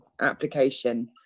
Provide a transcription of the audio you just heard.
application